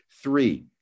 Three